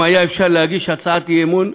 אם היה אפשר להגיש הצעת אי-אמון,